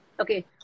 Okay